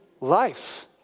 life